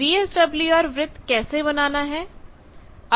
VSWR वृत्त कैसे बनाना है